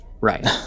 right